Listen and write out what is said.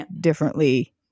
differently